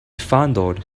fondled